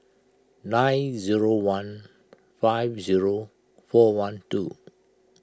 nine zero one five zero four one two